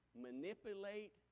manipulate